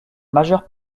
majeure